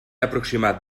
aproximat